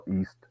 East